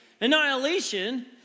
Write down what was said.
annihilation